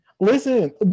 listen